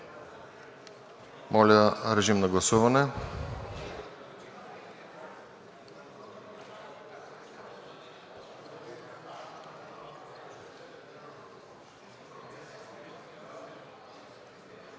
Моля, режим на гласуване.